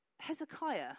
Hezekiah